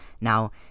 Now